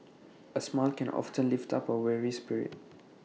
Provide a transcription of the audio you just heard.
A smile can often lift up A weary spirit